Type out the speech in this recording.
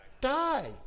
Die